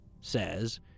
says